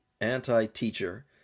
anti-teacher